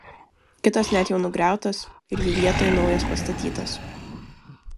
kitos net jau nugriautos ir jų vietoj naujos pastatytos